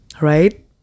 Right